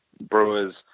brewers